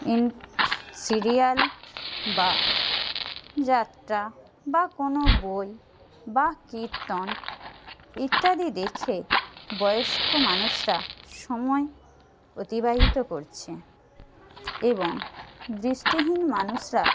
in serial বা যাত্রা বা কোনো বই বা কীর্তন ইত্যাদি দেখে বয়স্ক মানুষরা সময় অতিবাহিত করছেন এবং দৃষ্টিহীন মানুষরা